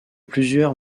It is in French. plusieurs